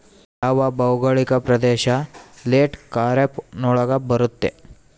ಯಾವ ಭೌಗೋಳಿಕ ಪ್ರದೇಶ ಲೇಟ್ ಖಾರೇಫ್ ನೊಳಗ ಬರುತ್ತೆ?